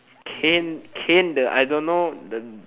cane cane the I don't know the